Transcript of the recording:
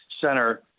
center